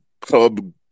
club